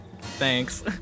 Thanks